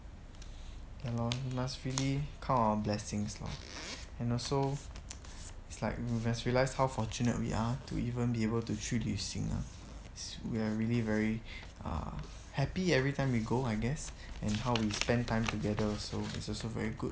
ya lor must really count our blessing lah and also it's like we must realise how fortunate we are to even be able to 去旅行 lah we're really very err happy everytime we go I guess and how we spend time together also it's also very good